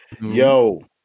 Yo